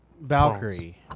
Valkyrie